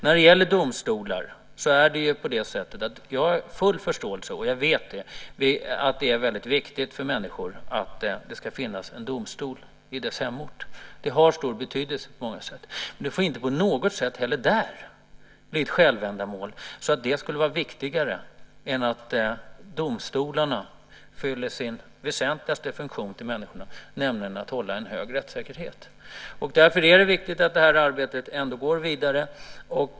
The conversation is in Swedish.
När det gäller domstolar vet jag och har full förståelse för att det är väldigt viktigt för människor att det finns en domstol på deras hemort. Det har stor betydelse på många sätt. Men det får inte heller där på något sätt bli ett självändamål så att detta skulle vara viktigare än att domstolarna fyller sin väsentligaste funktion gentemot människorna, nämligen att hålla en hög rättssäkerhet. Därför är det viktigt att det här arbetet går vidare.